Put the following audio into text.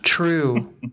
True